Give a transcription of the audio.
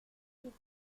huit